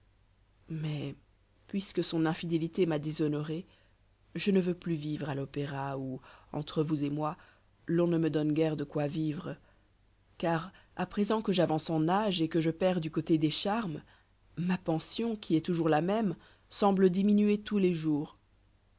mais puisque son infidélité m'a déshonorée je ne veux plus vivre à l'opéra où entre vous et moi l'on ne me donne guère de quoi vivre car à présent que j'avance en âge et que je perds du côté des charmes ma pension qui est toujours la même semble diminuer tous les jours